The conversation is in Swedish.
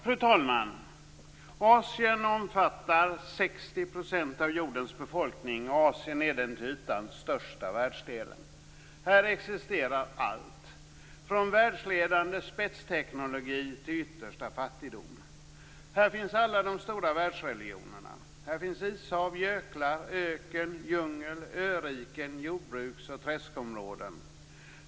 Fru talman! Asien omfattar 60 % av jordens befolkning, och Asien är den till ytan största världsdelen. Här existerar allt - från världsledande spetsteknologi till yttersta fattigdom. Här finns alla de stora världsreligionerna. Här finns ishav, göklar, öken, djungel, öriken och jordbruks och träskområden.